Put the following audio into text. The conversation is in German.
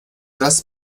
das